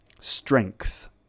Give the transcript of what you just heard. strength